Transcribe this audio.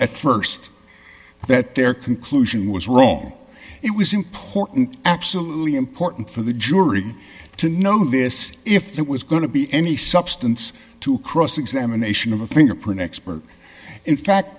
at st that their conclusion was wrong it was important absolutely important for the jury to know this if that was going to be any substance to cross examination of a fingerprint expert in fact